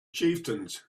chieftains